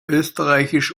österreichisch